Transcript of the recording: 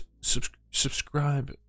subscribe